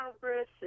Congress